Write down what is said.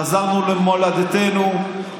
חזרנו למולדתנו,